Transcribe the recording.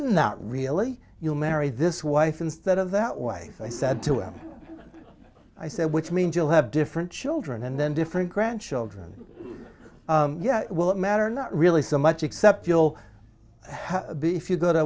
not really you'll marry this wife instead of that way i said to him i said which means you'll have different children and then different grandchildren yes will it matter not really so much except you'll be if you go to